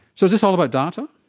so is this all about data?